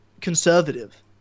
conservative